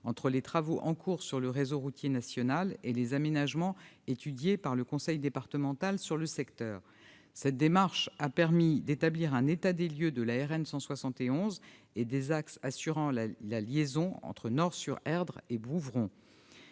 entre les travaux en cours sur le réseau routier national et les aménagements étudiés par le conseil départemental sur le secteur. Cette démarche a permis d'établir un état des lieux de la RN 171 et des axes assurant la liaison entre Nort-sur-Erdre et Bouvron.